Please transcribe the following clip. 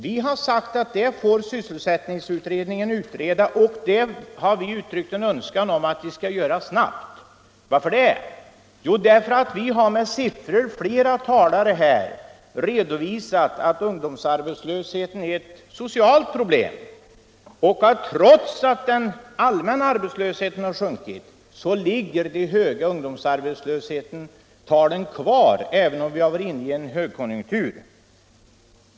Vi har sagt att sysselsättningsutredningen får utreda det, och vi har uttryckt en önskan om att det skall ske snabbt. Varför det? Jo, därför att ungdomsarbetslösheten är ett socialt problem — såsom flera talare har redovisat med siffror — och att, trots att den allmänna arbetslösheten minskat, den höga andelen för ungdomsarbetslösheten ligger kvar, även om vi har varit inne i en högkonjunktur.